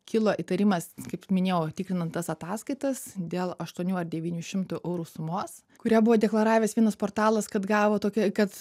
kilo įtarimas kaip minėjau tikrinant tas ataskaitas dėl aštuonių ar devynių šimtų eurų sumos kurią buvo deklaravęs vienas portalas kad gavo tokią kad